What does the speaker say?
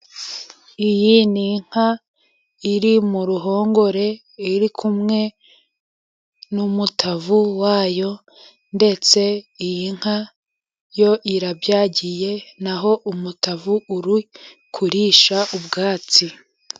Iyi n' inka iri mu ruhongore, iri kumwe n'umutavu wayo, ndetse iyi nka yo irabyagiye, naho umutavu uri kurisha ubwatsi.